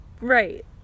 right